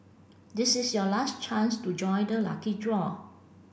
this is your last chance to join the lucky draw